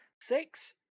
six